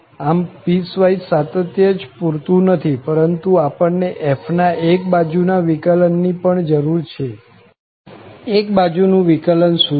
આમ પીસવાઈસ સાતત્ય જ પુરતું નથી પરંતુ આપણને f ના એક બાજુ ના વિકલન ની પણ જરૂર છે એક બાજુ નું વિકલન શું છે